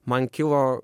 man kilo